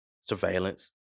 Surveillance